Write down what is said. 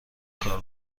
کار